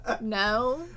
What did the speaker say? no